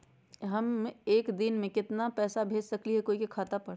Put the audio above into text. हम एक दिन में केतना पैसा भेज सकली ह कोई के खाता पर?